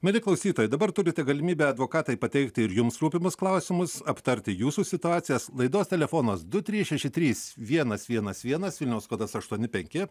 mieli klausytojai dabar turite galimybę advokatei pateikti ir jums rūpimus klausimus aptarti jūsų situacijas laidos telefonas du trys šeši trys vienas vienas vienas vilniaus kodas aštuoni penki